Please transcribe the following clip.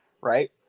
Right